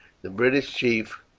the british chief,